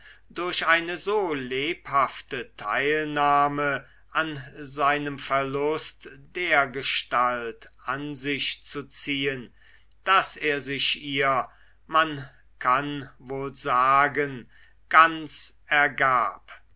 durch eine so lebhafte teilnahme an seinem verlust dergestalt an sich zu ziehen daß er sich ihr man kann es wohl sagen ganz ergab